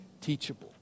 teachable